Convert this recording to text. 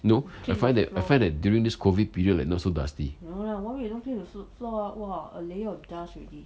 no I find that I find that during this COVID period like not so dusty